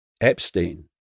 Epstein